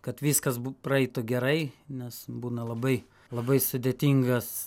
kad viskas bu praeitų gerai nes būna labai labai sudėtingas